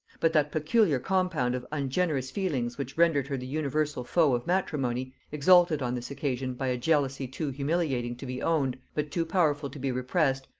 but that peculiar compound of ungenerous feelings which rendered her the universal foe of matrimony, exalted on this occasion by a jealousy too humiliating to be owned, but too powerful to be repressed,